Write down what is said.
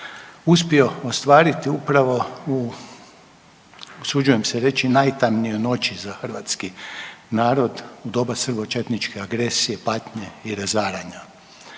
uspio ostvariti upravo u, usuđujem se reći, najtamnijoj noći za hrvatski narod, doba srbočetničke agresije, patnje i razaranja.